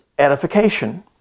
edification